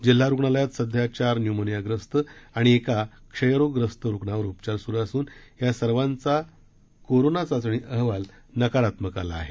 जिल्हा रुग्णालयात सध्या चार न्युमोनियाग्रस्त आणि एका क्षयरोग्र्यस्त रुग्णावर उपचार सुरू असून या सर्वांचा कोरोना चाचणी अहवाल नकारात्मक आला आहे